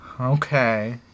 Okay